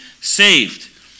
saved